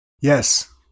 Yes